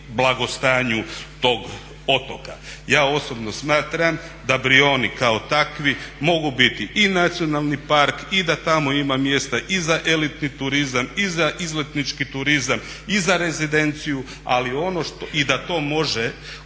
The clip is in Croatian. Ja osobno smatram da Brijoni kao takvi mogu biti i nacionalni park i da tamo ima mjesta i za elitni turizam i za izletnički turizam i za rezidenciju i da to može